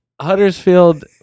Huddersfield